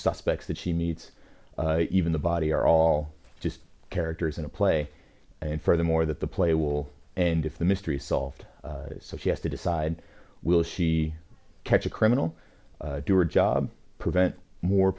suspects that she needs even the body are all just characters in a play and furthermore that the play will end if the mystery is solved so she has to decide will she catch a criminal do or job prevent more